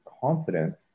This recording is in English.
confidence